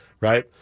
Right